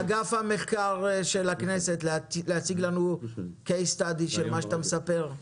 אני מבקש מאגף המחקר של הכנסת להציג לנו קייס סטאדי של מה שאתה מספר.